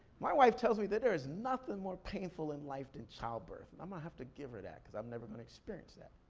my wife tells me that there is nothing more painful in life than childbirth. i'm gonna have to give her that, cause i'm never gonna experience that,